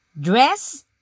dress